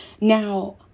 Now